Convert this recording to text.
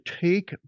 take